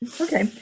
Okay